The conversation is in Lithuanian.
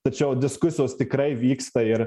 tačiau diskusijos tikrai vyksta ir